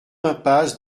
impasse